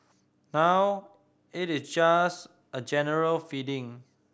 now it's just a general feeling